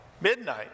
Midnight